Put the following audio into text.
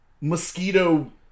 mosquito